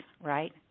right